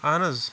اَہن حظ